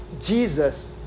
Jesus